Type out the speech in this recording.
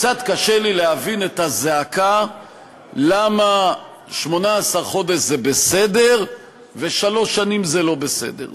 קצת קשה לי להבין את הזעקה למה 18 חודש זה בסדר ושלוש שנים זה לא בסדר.